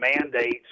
mandates